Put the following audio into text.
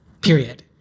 period